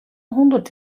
hûndert